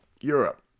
Europe